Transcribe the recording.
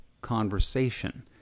conversation